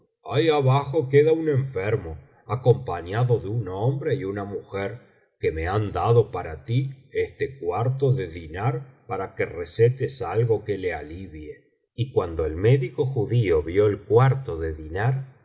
ahí abajo queda un enfermo acompañado de un hombre y una mujer que me han dado para ti este cuarto de diñar para que recetes algo que le alivie y cuando el médico biblioteca valenciana generalitat valenciana uo las mil noches y una noche judío vio el cuarto de diñar